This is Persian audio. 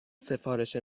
سفارش